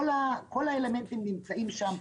כל האלמנטים נמצאים שם.